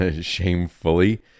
shamefully